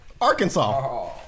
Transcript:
Arkansas